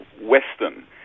Western